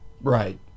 Right